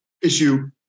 issue